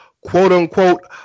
quote-unquote